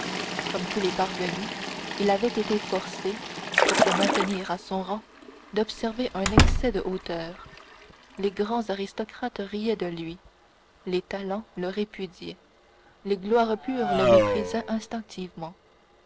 comme tous les parvenus il avait été forcé pour se maintenir à son rang d'observer un excès de hauteur les grands aristocrates riaient de lui les talents le répudiaient les gloires pures le méprisaient instinctivement